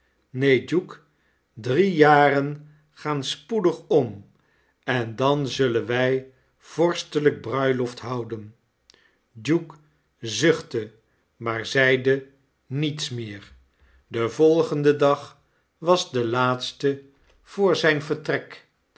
neen duke drie jaren gaan spoedig en dan zullen wij vorstelyk bruiloft houjake zuchtte maar zeide niets meer de ende dag was de laatste vr zyn vertrek